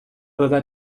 peuvent